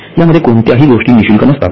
या मध्ये कोणत्याही गोष्टी निशुल्क नसतात